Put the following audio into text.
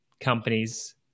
companies